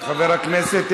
חבר הכנסת,